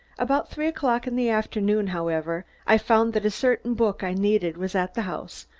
about three o'clock in the afternoon, however, i found that a certain book i needed was at the house,